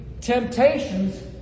temptations